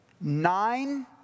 nine